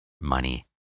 money